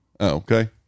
okay